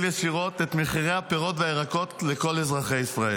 ישירות את מחירי הפירות והירקות לכל אזרחי ישראל,